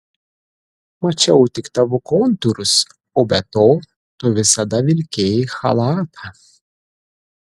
mačiau tik tavo kontūrus o be to tu visada vilkėjai chalatą